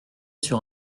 sur